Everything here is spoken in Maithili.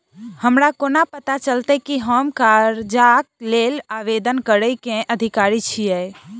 हमरा कोना पता चलतै की हम करजाक लेल आवेदन करै केँ अधिकारी छियै?